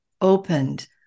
opened